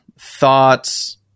thoughts